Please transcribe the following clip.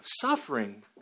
suffering